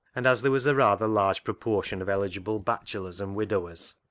and as there was a rather large proportion of eligible bachelors and widowers,